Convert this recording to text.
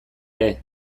ere